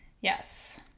yes